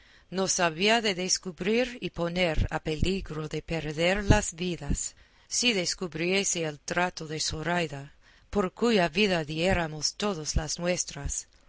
nos había de descubrir y poner a peligro de perder las vidas si descubriese el trato de zoraida por cuya vida diéramos todos las nuestras